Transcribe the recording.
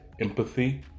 empathy